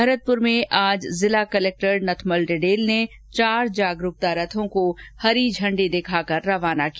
भरतपुर में आज कलेक्टर नथमल डिडेल ने चार जागरूकता रथों को इंडी दिखाकर रवाना किया